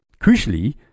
Crucially